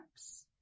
apps